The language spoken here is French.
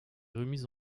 remise